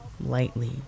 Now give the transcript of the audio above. lightly